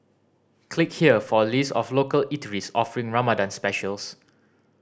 click here for a list of local eateries offering Ramadan specials